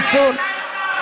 איסור,